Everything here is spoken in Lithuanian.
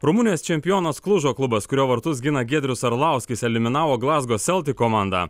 rumunijos čempionas klužo klubas kurio vartus gina giedrius arlauskis eliminavo glazgo celtic komandą